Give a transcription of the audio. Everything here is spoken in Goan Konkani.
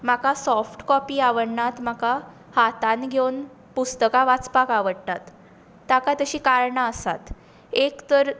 म्हाका साॅफ्ट काॅपी आवडनात म्हाका हातांत घेवन पुस्तकां वाचपाक आवडटात ताका तशीं कारणां आसा एक तर